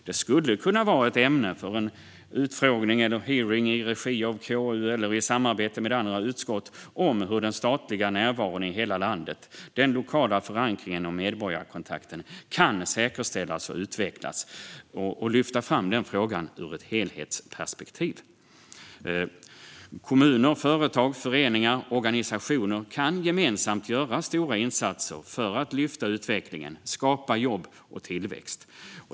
Det skulle kunna vara ett ämne för en utfrågning eller en hearing i regi av KU eller i samarbete med andra utskott: hur den statliga närvaron i hela landet, den lokala förankringen och medborgarkontakten kan säkerställas och utvecklas. Man skulle då kunna lyfta fram den frågan ur ett helhetsperspektiv. Kommuner, företag, föreningar och organisationer kan gemensamt göra stora insatser för att lyfta utvecklingen och skapa jobb och tillväxt.